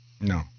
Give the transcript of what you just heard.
No